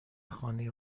خانه